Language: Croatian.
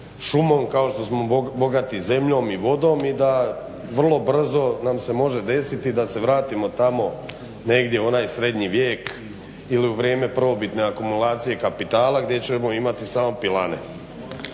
šumom, kao što smo bogati zemljom i vodom i da vrlo brzo nam se može desiti da se vratimo tamo negdje u onaj srednji vijek ili u vrijeme prvobitne akumulacije kapitala gdje ćemo imati samo pilane.